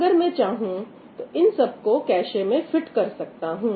अगर मैं चाहूं तो इन सब को कैशे में फिट कर सकता हूं